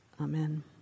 Amen